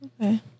Okay